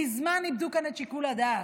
מזמן איבדו כאן את שיקול הדעת.